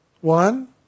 One